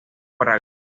praga